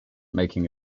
making